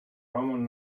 roman